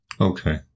Okay